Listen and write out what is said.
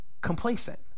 complacent